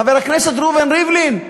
חבר הכנסת ראובן ריבלין,